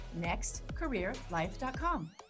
nextcareerlife.com